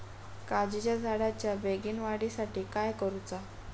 काजीच्या झाडाच्या बेगीन वाढी साठी काय करूचा?